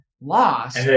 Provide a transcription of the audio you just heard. lost